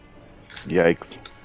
Yikes